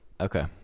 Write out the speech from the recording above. Okay